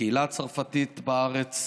לקהילה הצרפתית בארץ,